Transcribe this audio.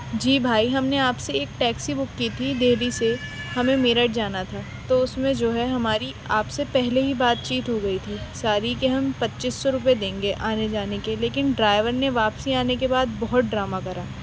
جی بھائی ہم نے آپ سے ایک ٹیکسی بک کی تھی ڈیلی سے ہمیں میرٹھ جانا تھا تو اس میں جو ہے ہماری آپ سے پہلے ہی بات چیت ہو گئی تھی ساری کہ ہم پچیس سو روپئے دیں گے آنے جانے کے لیکن ڈرائیور نے واپسی آنے کے بعد بہت ڈرامہ کرا